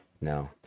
No